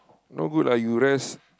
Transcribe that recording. no good lah you rest